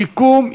שיקום,